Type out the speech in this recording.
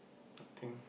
nothing